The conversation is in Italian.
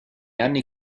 anni